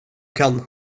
kan